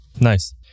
Nice